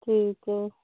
ٹھیک ہے